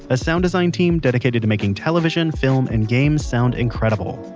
a sound design team dedicated to making television, film, and games sound incredible.